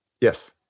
Yes